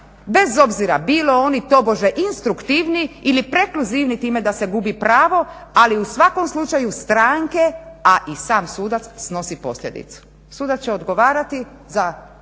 bez obzira bilo oni tobože instruktivni ili prekluzivni time da se gubi pravo, ali u svakom slučaju stranke, a i sam sudac snosi posljedicu. Sudac će odgovarati za